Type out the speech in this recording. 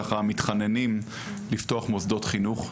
מתחננים לפתוח מוסדות חינוך.